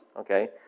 okay